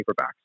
paperbacks